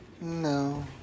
No